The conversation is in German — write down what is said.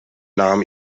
nahm